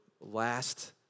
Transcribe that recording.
last